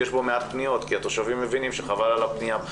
יש בו מעט פניות כי התושבים מבינים שחבל בכלל על הפנייה.